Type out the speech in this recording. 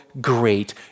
great